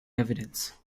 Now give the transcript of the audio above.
evidence